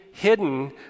hidden